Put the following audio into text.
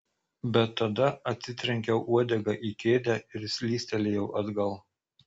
bet tada atsitrenkiau uodega į kėdę ir slystelėjau atgal